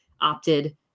opted